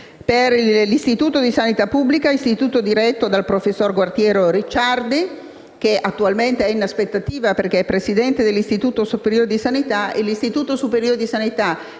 per l'Istituto di sanità pubblica diretto dal professor Gualtiero Ricciardi, che attualmente è in aspettativa perché Presidente dell'Istituto superiore di sanità. Tale Istituto e, in